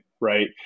right